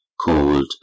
called